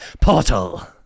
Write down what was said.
Portal